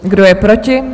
Kdo je proti?